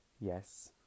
Yes